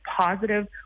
positive